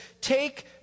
take